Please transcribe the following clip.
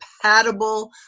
compatible